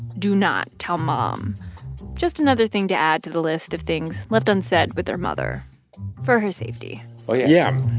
do not tell mom just another thing to add to the list of things left unsaid with their mother for her safety oh, yeah